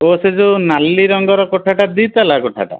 ଓ ସେ ଯେଉଁ ନାଲି ରଙ୍ଗର କୋଠାଟା ଦୁଇ ତାଲା କୋଠାଟା